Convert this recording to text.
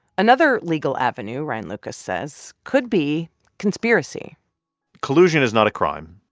another legal avenue, ryan lucas says, could be conspiracy collusion is not a crime,